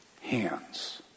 hands